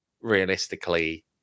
Realistically